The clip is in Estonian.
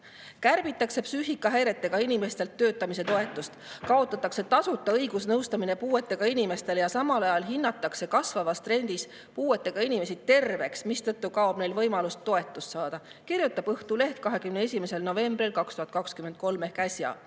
Kärbitakse psüühikahäiretega inimeste töötamise toetust, kaotatakse tasuta õigusnõustamine puuetega inimestele ja samal ajal hinnatakse kasvavas trendis puuetega inimesi terveks, mistõttu kaob neil võimalus toetust saada, kirjutas Õhtuleht 21. novembril 2023 ehk